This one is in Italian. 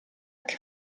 che